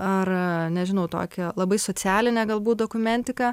ar nežinau tokią labai socialinę galbūt dokumentiką